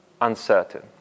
Uncertain